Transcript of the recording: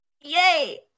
Yay